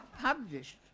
published